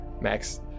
Max